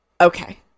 Okay